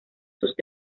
sus